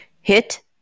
Hit